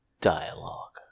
dialogue